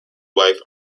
wife